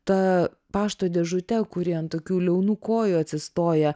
ta pašto dėžute kuri ant tokių liaunų kojų atsistoja